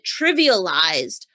trivialized